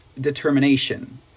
determination